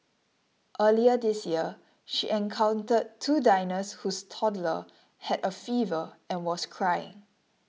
earlier this year she encountered two diners whose toddler had a fever and was crying